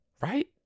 Right